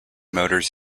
motors